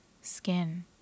skin